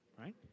right